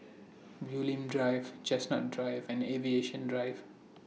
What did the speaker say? Bulim Drive Chestnut Drive and Aviation Drive